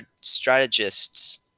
strategists